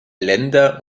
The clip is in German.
länder